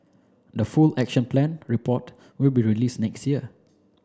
the full Action Plan report will be release next year